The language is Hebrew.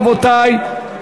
רבותי,